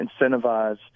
incentivize